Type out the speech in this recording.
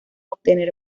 obtener